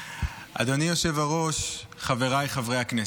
אדוני היושב-ראש, חבריי חברי הכנסת,